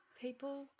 People